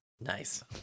Nice